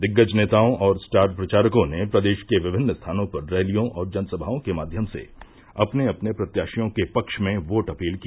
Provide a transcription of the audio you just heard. दिग्गज नेताओं और स्टार प्रचारकों ने प्रदेश के विभिन्न स्थानों पर रैलियों और जनसभाओं के माध्यम से अपने अपने प्रत्याशियों के पक्ष में वोट अपील की